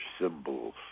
symbols